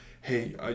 Hey